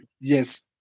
yes